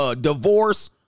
divorce